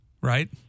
right